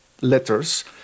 letters